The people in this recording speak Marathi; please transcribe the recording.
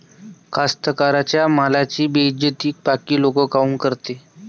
कास्तकाराइच्या मालाची बेइज्जती बाकी लोक काऊन करते?